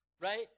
right